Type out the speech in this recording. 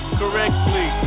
correctly